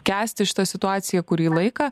kęsti šitą situaciją kurį laiką